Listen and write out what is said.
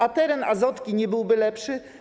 A teren Azotki nie byłby lepszy?